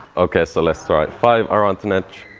okay so let's try five around the nedge.